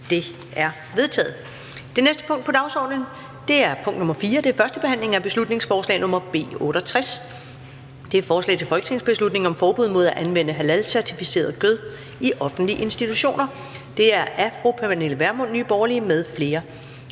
Det er vedtaget. --- Det næste punkt på dagsordenen er: 4) 1. behandling af beslutningsforslag nr. B 68: Forslag til folketingsbeslutning om forbud mod at anvende halalcertificeret kød i offentlige institutioner. Af Pernille Vermund (NB) m.fl.